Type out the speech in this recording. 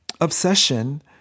obsession